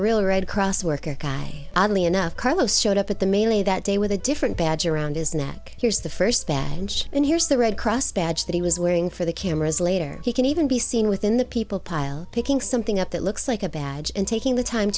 real red cross worker guy oddly enough carlos showed up at the melee that day with a different badge around his neck here's the first baggage and here's the red cross badge that he was wearing for the cameras later he can even be seen within the people pile picking something up that looks like a badge and taking the time